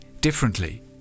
differently